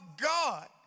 God